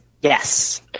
Yes